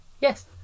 Yes